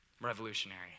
Revolutionary